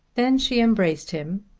then she embraced him,